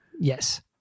Yes